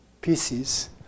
pieces